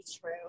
true